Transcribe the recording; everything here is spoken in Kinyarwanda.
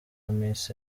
miss